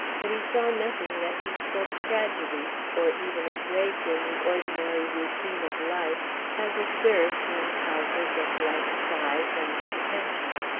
but he saw nothing that bespoke tragedy, or even a break in the ordinary routine of life as observed in houses of like size and pretension.